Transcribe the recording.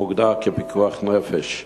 המוגדר כפיקוח נפש,